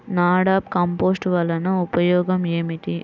NADEP compost వలన ఉపయోగం ఏమిటి?